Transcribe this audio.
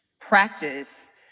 practice